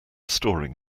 storing